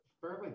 fairly